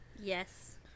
yes